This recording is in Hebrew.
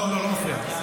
לא, לא מפריעה.